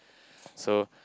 so